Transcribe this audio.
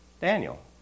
Daniel